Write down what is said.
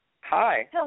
Hi